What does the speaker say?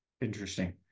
Interesting